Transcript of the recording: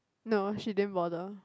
no she didn't bother